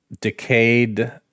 decayed